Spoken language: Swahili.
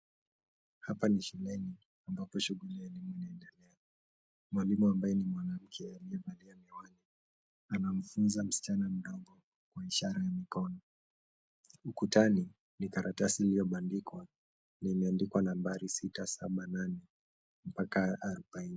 Hapa ni shuleni ambapo shughuli ya elimu inaendelea. Mwalimu ambaye ni mwanamke aliyevalia miwani anamfunza msichana mdogo kwa ishara ya mikono. Ukutani ni karatasi iliyobandikwa limeandikwa nambari sita, saba, nane mpaka arobaini.